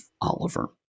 Oliver